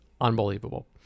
unbelievable